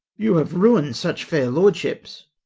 you have ruin'd such fair lordships.